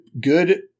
good